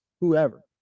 whoever